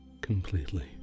completely